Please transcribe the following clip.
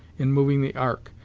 in moving the ark,